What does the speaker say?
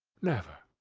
never.